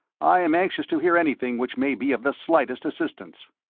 i am anxious to hear anything which may be of the slightest assistance.